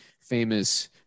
famous